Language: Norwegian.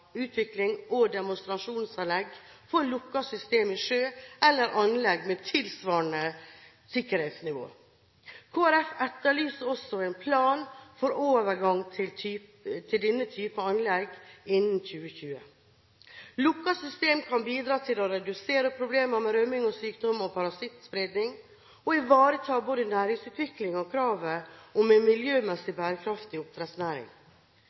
utvikling av demonstrasjonsanlegg for lukkede systemer i sjø, eller anlegg med tilsvarende sikkerhetsnivå. Kristelig Folkeparti etterlyser også en plan for overgang til denne type anlegg innen 2020. Lukkede systemer kan bidra til å redusere problemene med rømning og sykdoms- og parasittspredning og ivareta både næringsutvikling og kravet om en miljømessig bærekraftig oppdrettsnæring.